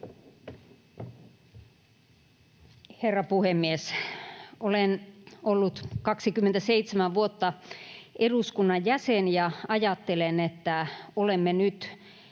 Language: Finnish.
Herra puhemies! Olen ollut 27 vuotta eduskunnan jäsen ja ajattelen, että olemme nyt